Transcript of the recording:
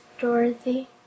Dorothy